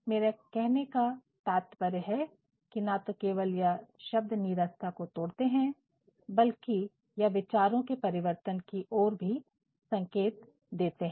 मेरा कहने का तात्पर्य है कि ना तो केवल यह शब्द नीरसता को तोड़ते हैं बल्कि यह विचारों के परिवर्तन की ओर भी संकेत देते हैं